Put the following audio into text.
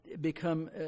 become